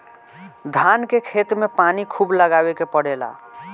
धान के खेत में पानी खुब लगावे के पड़ेला